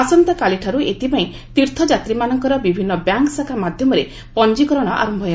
ଆସନ୍ତାକାଲିଠାର୍ଚ ଏଥିପାଇଁ ତୀର୍ଥଯାତ୍ରୀମାନଙ୍କର ବିଭିନ୍ନ ବ୍ୟାଙ୍କ୍ ଶାଖା ମାଧ୍ୟମରେ ପଞ୍ଜୀକରଣ ଆରୟ ହେବ